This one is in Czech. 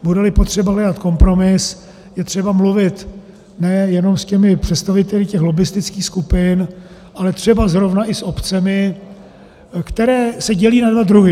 Budeli potřeba hledat kompromis, je třeba mluvit nejenom s představiteli těch lobbistických skupin, ale třeba zrovna i s obcemi, které se dělí na dva druhy.